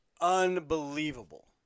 unbelievable